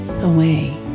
away